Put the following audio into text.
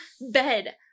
bed